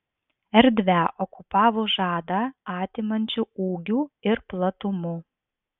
erdvę okupavo žadą atimančiu ūgiu ir platumu